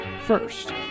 first